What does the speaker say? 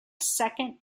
second